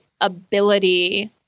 ability